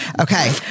Okay